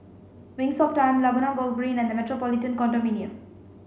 wings of Time Laguna Golf Green and the Metropolitan Condominium